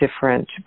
different